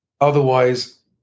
Otherwise